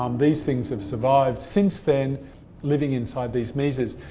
um these things have survived since then living inside these mesas,